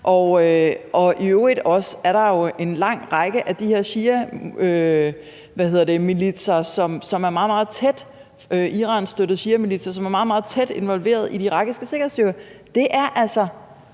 og i øvrigt er der også en lang række af de her Iranstøttede shiamilitser, som er meget, meget tæt involveret i de irakiske sikkerhedsstyrker. Det er altså